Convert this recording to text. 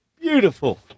beautiful